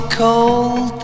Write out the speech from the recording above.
cold